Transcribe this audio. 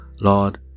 Lord